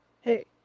Hey